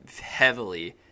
heavily